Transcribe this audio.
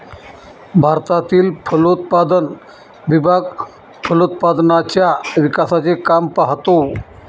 भारतातील फलोत्पादन विभाग फलोत्पादनाच्या विकासाचे काम पाहतो